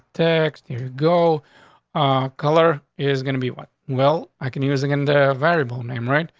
text go color is gonna be one. well, i can using in the variable name, right?